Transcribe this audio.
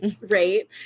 right